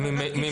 ועדת קישוט?